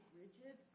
rigid